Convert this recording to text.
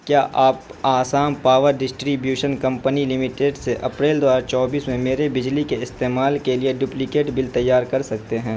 کیا آپ Assam power distribution company limited سے اپریل دو ہزار چوبیس میں میرے بجلی کے استعمال کے لیے ڈپلیکیٹ بل تیار کر سکتے ہیں